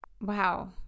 wow